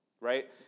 Right